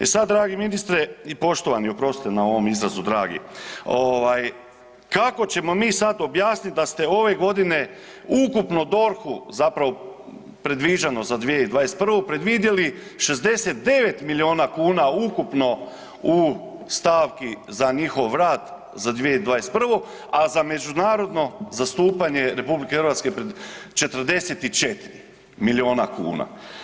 E sad dragi ministre i poštovani, oprostite na ovom izrazu dragi, ovaj kako ćemo mi sad objasnit da ste ove godine ukupno DORH-u zapravo predviđeno za 2021. predvidjeli 69 miliona kuna ukupno u stavki za njihov rad za 2021., a za međunarodno zastupanje RH pred 44 miliona kuna.